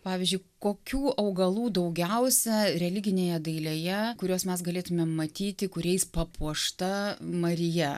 pavyzdžiui kokių augalų daugiausia religinėje dailėje kuriuos mes galėtumėm matyti kuriais papuošta marija